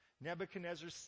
Nebuchadnezzar